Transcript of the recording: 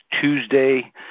Tuesday